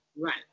Right